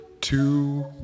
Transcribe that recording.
two